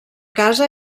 casa